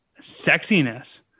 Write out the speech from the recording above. sexiness